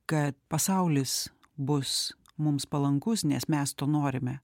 kad pasaulis bus mums palankus nes mes to norime